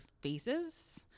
faces